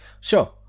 Sure